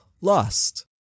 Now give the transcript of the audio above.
lost